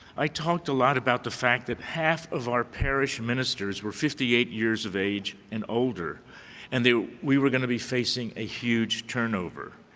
i talked a lot about the fact that half of our parish ministers were fifty eight years of age and older and that we were going to be facing a huge turnover.